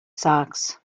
sox